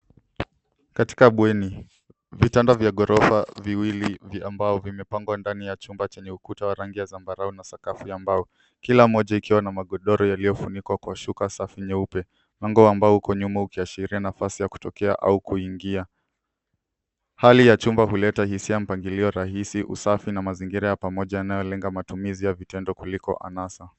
Katika bweni, vitanda vya ghorofa viwili ambao vimepangwa ndani ya chumba chenye ukuta wa rangi ya zambarau na sakafu ya mbao. Kila moja ikiwa na magodoro yaliyofunikwa kwa shuka safi nyeupe. Mwanga ambao uko nyuma ukiashiria nafasi ya kutokea au kuingia. Hali ya chumba huleta hisia ya mpangilio rahisi usafi na mazingira ya pamoja yanayolenga matumizi ya vitendo kuliko anasa.